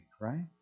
Right